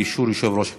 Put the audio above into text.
באישור יושב-ראש הכנסת.